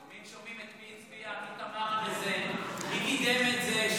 שומעים מי הצביע, מי תמך בזה, מי קידם את זה.